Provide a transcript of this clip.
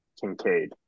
Kincaid